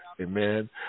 Amen